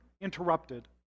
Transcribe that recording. interrupted